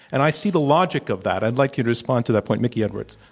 and i see the logic of that. i'd like you to respond to that point. mickey edwards.